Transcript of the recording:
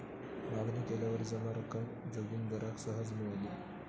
मागणी केल्यावर जमा रक्कम जोगिंदराक सहज मिळाली